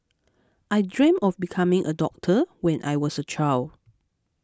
I dreamt of becoming a doctor when I was a child